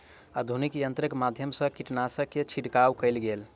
आधुनिक यंत्रक माध्यम सँ कीटनाशक के छिड़काव कएल गेल